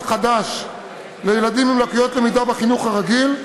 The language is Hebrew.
חדש לילדים עם לקויות למידה בחינוך הרגיל,